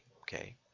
Okay